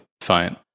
fine